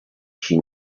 she